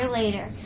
later